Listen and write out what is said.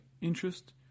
interest